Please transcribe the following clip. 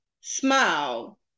smile